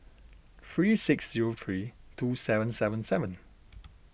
three six zero three two seven seven seven